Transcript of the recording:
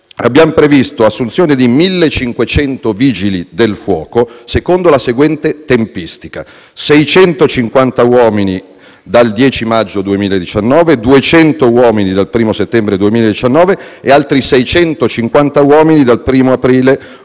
abbiamo previsto l'assunzione di 1.500 vigili del fuoco secondo la seguente tempistica: 650 uomini dal 10 maggio 2019; 200 dal 1º settembre 2019; altri 650 dal 1º aprile 2020.